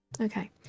Okay